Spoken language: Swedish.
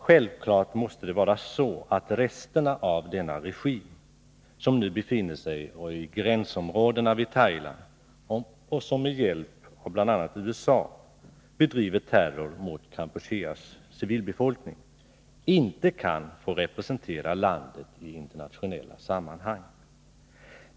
Självfallet måste det vara så att resterna av denna regim, som nu befinner sig i gränsområdena till Thailand och som med hjälp av bl.a. USA bedriver terror mot Kampucheas civilbefolkning, inte kan få representera landet i internationella sammanhang.